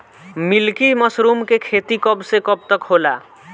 Milky mushroom के खेती कब से कब तक होला?